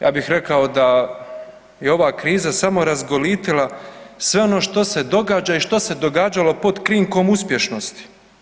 Ja bih rekao da je ova kriza samo razgolitila sve ono što se događa i što se događalo pod krinkom uspješnosti.